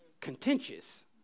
Contentious